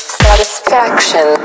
satisfaction